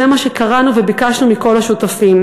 זה מה שקראנו לו וביקשנו מכל השותפים.